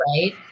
right